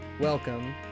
welcome